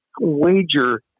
Wager